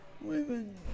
women